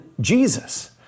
Jesus